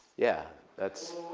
yeah, that's